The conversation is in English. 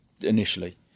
initially